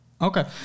Okay